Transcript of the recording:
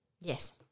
Yes